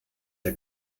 der